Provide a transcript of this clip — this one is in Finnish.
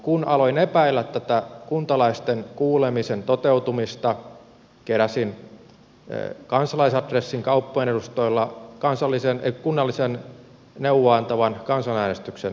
kun aloin epäillä tätä kuntalaisten kuulemisen toteutumista keräsin kansalaisadressin kauppojen edustoilla kunnallisen neuvoa antavan kansanäänestyksen järjestämiseksi